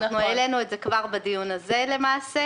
אנחנו העלנו את זה כבר בדיון הזה למעשה.